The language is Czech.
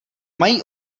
mají